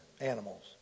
animals